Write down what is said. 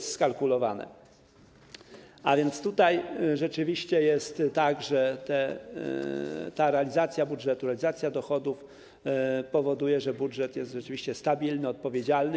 Tak więc tutaj rzeczywiście jest tak, że ta realizacja budżetu, realizacja dochodów powoduje, że budżet jest rzeczywiście stabilny, odpowiedzialny.